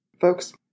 Folks